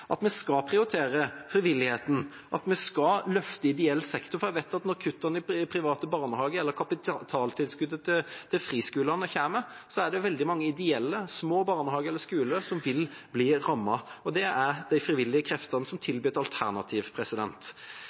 Vi skal prioritere frivilligheten, og vi skal løfte ideell sektor, for jeg vet at når kuttene innen private barnehager eller kapitaltilskuddet til friskolene kommer, er det veldig mange ideelle, små barnehager eller skoler som vil bli rammet, og det er de frivillige kreftene som tilbyr et alternativ.